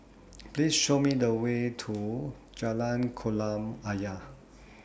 Please Show Me The Way to Jalan Kolam Ayer